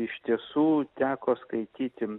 iš tiesų teko skaityti